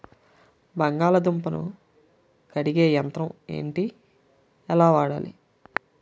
బంగాళదుంప ను కడిగే యంత్రం ఏంటి? ఎలా వాడాలి?